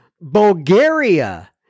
bulgaria